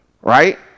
right